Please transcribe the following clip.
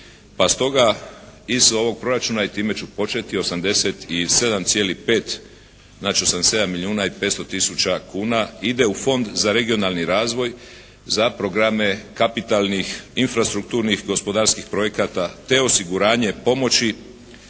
pa stoga i iz ovog Proračuna i time ću početi 87,5, znači 87 milijuna i 500 tisuća kuna ide u Fond za regionalni razvoj za programe kapitalnih infrastrukturnih gospodarskih projekata te osiguranje pomoći